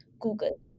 Google